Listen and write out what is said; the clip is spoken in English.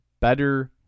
better